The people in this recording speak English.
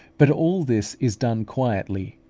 but all this is done quietly,